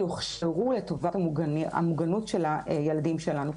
לטובת המוגנות של הילדים שלנו.